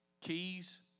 keys